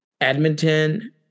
Edmonton